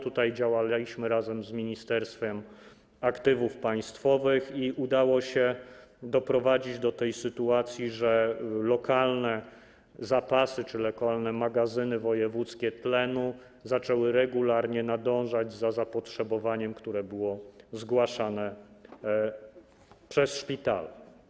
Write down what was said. Tutaj działaliśmy razem z Ministerstwem Aktywów Państwowych i udało się doprowadzić do sytuacji, że lokalne zapasy czy lokalne magazyny wojewódzkie tlenu zaczęły regularnie nadążać za zapotrzebowaniem, które było zgłaszane przez szpitale.